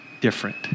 different